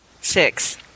six